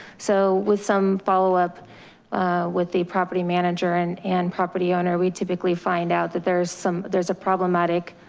so with some followup with the property manager and and property owner, we typically find out that there's some, there's a problematic.